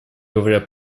говорят